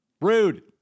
Rude